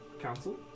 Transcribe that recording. council